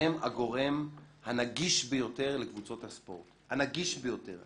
הם הגורם הנגיש ביותר לקבוצות הספורט הנגיש ביותר,